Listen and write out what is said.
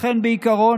לכן בעיקרון,